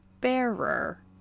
bearer